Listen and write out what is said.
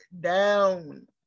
down